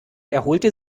erholte